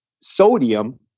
sodium